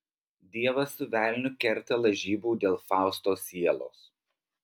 dievas su velniu kerta lažybų dėl fausto sielos